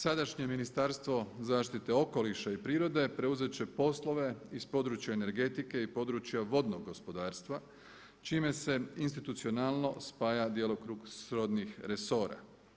Sadašnje Ministarstvo zaštite okoliša i prirode preuzet će poslove iz područja energetike i područja vodnog gospodarstva čime se institucionalno spaja djelokrug srodnih resora.